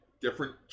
different